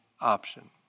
option